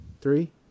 Three